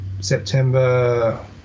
September